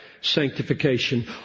sanctification